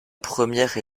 première